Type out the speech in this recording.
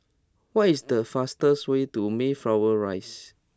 what is the fastest way to Mayflower Rise